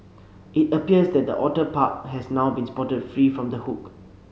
it appears that the otter pup has now been spotted free from the hook